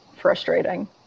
frustrating